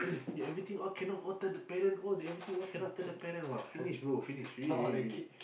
you everything all cannot all turn to parent oh they everything all cannot all turn to parent !wah! finish bro finish really really really